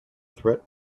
threat